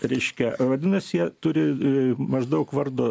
reiškia vadinasi jie turi ii maždaug vardo